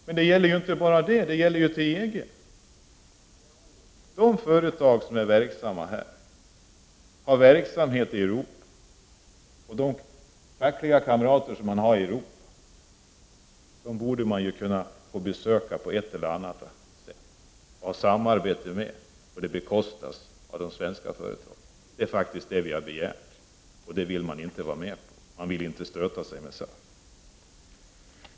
Men det gäller ju inte bara det — det gäller ju även EG. De fackligt aktiva i de företag som har verksamhet i Europa borde på ett eller annat sätt få besöka sina fackligt aktiva kamrater, samarbeta med dem och få det bekostat av de svenska företagen. Det är vad vi har begärt, och det vill man inte vara med om. Man vill inte stöta sig med SAF.